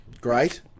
Great